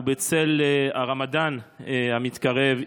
ובצל הרמדאן המתקרב,